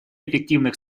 эффективных